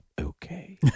Okay